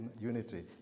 unity